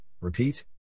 Repeat